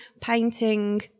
painting